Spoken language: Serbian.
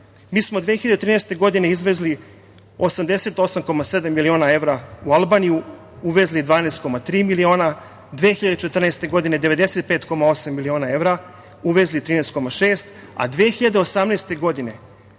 Mi smo 2013. godine izvezli 88,7 miliona evra u Albaniju, uvezli 12,3. Godine 2014, 95,8 miliona evra, uvezli 13,6, a 2018. godine